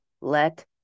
let